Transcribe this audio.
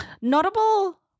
Notable